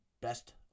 best